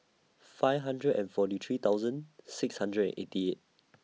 five hundred and forty three thousand six hundred and eighty eight